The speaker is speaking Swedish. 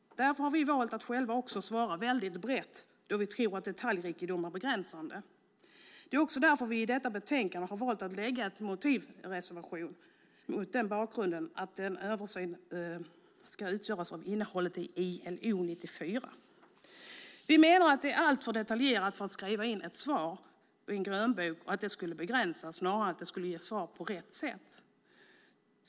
Därför har vi valt att själva också svara väldigt brett då vi tror att detaljrikedom är begränsande. Det är också därför vi i detta betänkande har valt att lämna en motivreservation med syftet att utgångspunkten för denna översyn ska utgöras av innehållet i ILO 94. Vi menar att det är alltför detaljerat för att skriva i ett svar på en grönbok och att det skulle begränsa snarare än ge svar på rätt sätt.